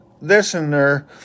listener